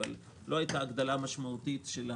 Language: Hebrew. אבל לא הייתה הגדלה משמעותית של הפעילות.